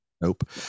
nope